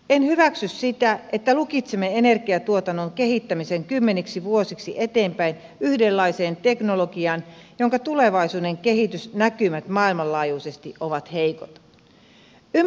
en hyväksy sitä että lukitsemme energiatuotannon kehittämisen kymmeniksi vuosiksi eteenpäin yhdenlaiseen teknologiaan jonka tulevaisuuden kehitysnäkymät maailmanlaajuisesti ovat heikot